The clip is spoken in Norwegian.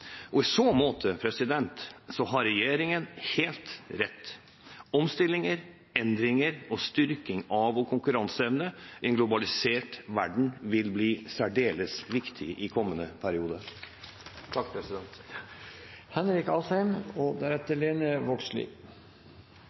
det. I så måte har regjeringen helt rett: Omstillinger, endringer og styrking av vår konkurranseevne i en globalisert verden vil bli særdeles viktig i kommende periode. Politikk spiller en rolle. Hvilke prioriteringer vi gjør i denne salen, har noe å si for samfunnsutviklingen og